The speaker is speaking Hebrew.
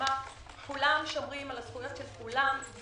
כלומר כולם שומרים על הזכויות של כולם,